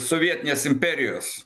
sovietinės imperijos